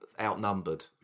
Outnumbered